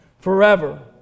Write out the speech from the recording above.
forever